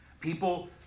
People